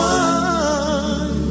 one